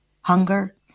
hunger